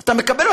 אתה מקבל,